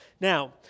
Now